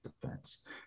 defense